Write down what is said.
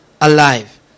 alive